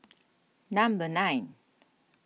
number nine